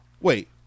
Wait